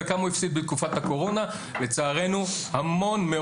לצערנו המון,